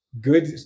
good